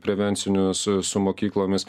prevencinių su su mokyklomis